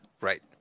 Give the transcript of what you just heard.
right